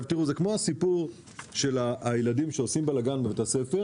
זה כמו הסיפור על הילדים שעושים בלגן בבית הספר